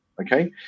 Okay